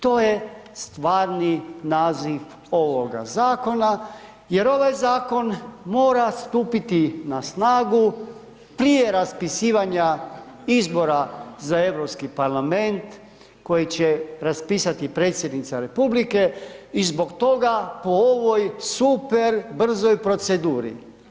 To je stvarni naziv ovoga zakona jer ovaj zakon mora stupiti na snagu prije raspisivanja izbora za EU parlament koji će raspisati predsjednica republike i zbog toga po ovoj super brzoj proceduri.